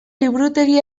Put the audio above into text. liburutegi